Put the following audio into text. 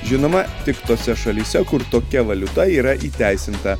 žinoma tik tose šalyse kur tokia valiuta yra įteisinta